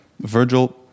Virgil